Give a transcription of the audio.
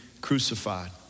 crucified